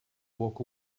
walk